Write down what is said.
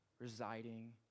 residing